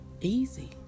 easy